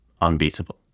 unbeatable